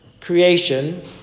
creation